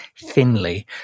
thinly